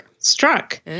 Struck